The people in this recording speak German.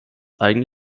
eigene